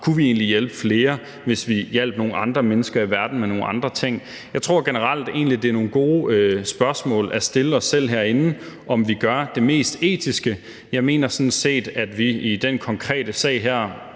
Kunne vi egentlig hjælpe flere, hvis vi hjalp nogle andre mennesker i verden med nogle andre ting? Jeg tror egentlig generelt, at det er nogle gode spørgsmål at stille os selv herinde, altså om vi gør det mest etiske. Jeg mener sådan set, at vi i den konkrete sag her